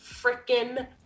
freaking